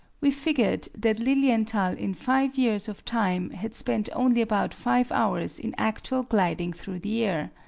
we figured that lilienthal in five years of time had spent only about five hours in actual gliding through the air.